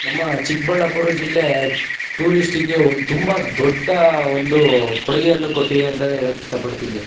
ನಮ್ಮ ಚಿಕ್ಕಬಳ್ಳಾಪುರ ಜಿಲ್ಲೆ ಟೂರಿಸ್ಟಿಗೆ ಒಂದು ತುಂಬ ದೊಡ್ಡ ಒಂದು ಕೊಡುಗೆಯನ್ನು ಕೊಟ್ಟಿದೆ ಅಂತಲೇ ಹೇಳಕ್ಕೆ ಇಷ್ಟಪಡ್ತೀನಿ